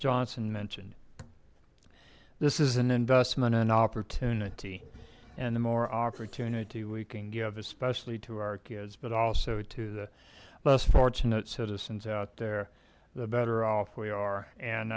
johnson mentioned this is an investment in opportunity and the more opportunity we can give especially to our kids but also to bus fortunate citizens out there the better off we are and